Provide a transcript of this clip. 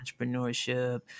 entrepreneurship